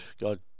God